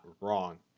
wrong